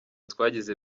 twagize